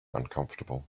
uncomfortable